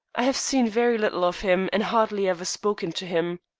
i have seen very little of him, and hardly ever spoken to him.